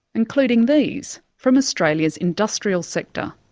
including these, from australia's industrial sector.